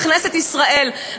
בכנסת ישראל.